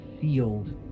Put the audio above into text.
sealed